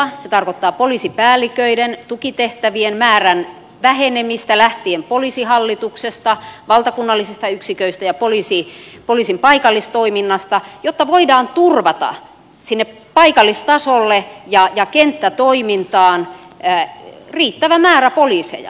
se tarkoittaa poliisipäälliköiden tukitehtävien määrän vähenemistä lähtien poliisihallituksesta valtakunnallisista yksiköistä ja poliisin paikallistoiminnasta jotta voidaan turvata sinne paikallistasolle ja kenttätoimintaan riittävä määrä poliiseja